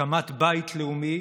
הקמת בית לאומי